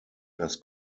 das